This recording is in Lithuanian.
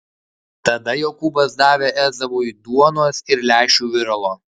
tada jokūbas davė ezavui duonos ir lęšių viralo